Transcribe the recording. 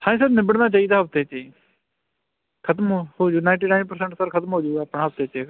ਹਾਂਜੀ ਸਰ ਨਿਬੜਨਾ ਚਾਹੀਦਾ ਹਫ਼ਤੇ 'ਚ ਹੀ ਖ਼ਤਮ ਹੋ ਹੋ ਜੂ ਨਾਈਟੀ ਨਾਈਨ ਪਰਸੈਂਟ ਸਰ ਖ਼ਤਮ ਹੋ ਜੂਗਾ ਆਪਣਾ ਹਫ਼ਤੇ 'ਚ